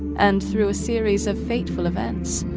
and through a series of fateful events,